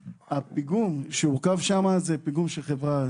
הפיגום שהורכב שם הוא של חברת